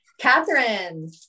Catherine